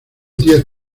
diez